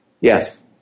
Yes